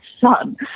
son